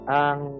ang